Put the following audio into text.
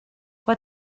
what